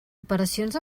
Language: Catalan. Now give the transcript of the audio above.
operacions